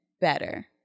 better